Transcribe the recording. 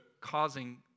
causing